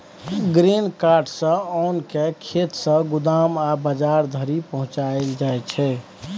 grain cart सँ ओन केँ खेत सँ गोदाम या बजार धरि पहुँचाएल जाइ छै